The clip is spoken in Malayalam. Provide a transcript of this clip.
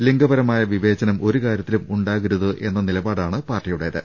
ലിംഗപരമായ വിവേചനം ഒരുകാരൃത്തിലും ഉണ്ടാകരുതെന്ന നിലപാടാണ് പാർട്ടിയുടേത്